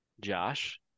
Josh